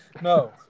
no